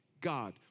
God